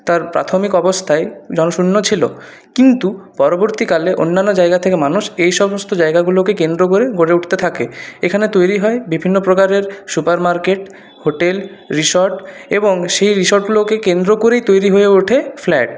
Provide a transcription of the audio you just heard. তার প্রাথমিক অবস্থায় জনশূন্য ছিল কিন্তু পরবর্তীকালে অন্যান্য জায়গা থেকে মানুষ এই সমস্ত জায়গাগুলোকে কেন্দ্র করে গড়ে উঠতে থাকে এখানে তৈরি হয় বিভিন্ন প্রকারের সুপার মার্কেট হোটেল রিসর্ট এবং সেই রিসর্টগুলোকে কেন্দ্র করেই তৈরি হয়ে ওঠে ফ্ল্যাট